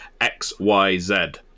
XYZ